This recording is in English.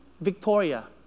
Victoria